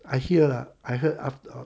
I hear lah I heard after